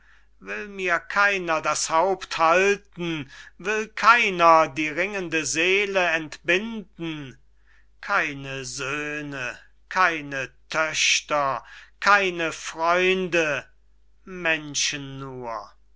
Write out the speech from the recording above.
will mir keiner das haupt halten will keiner die ringende seele entbinden keine söhne keine töchter keine freunde menschen nur